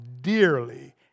dearly